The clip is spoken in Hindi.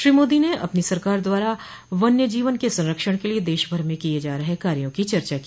श्री मोदी ने अपनी सरकार द्वारा वन्य जीवन के संरक्षण के लिए देश भर में किये जा रहे कार्यो की चर्चा की